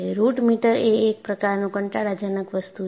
route meter એ એક પ્રકારનું કંટાળાજનક વસ્તુ છે